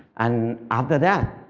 and after that,